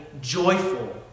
joyful